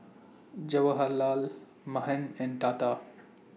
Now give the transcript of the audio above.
Jawaharlal Mahan and Tata